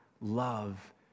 love